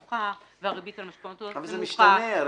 נמוכה והריבית על משכנתאות נמוכה --- אבל זה משתנה.